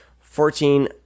Fourteen